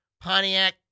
Pontiac